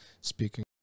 speaking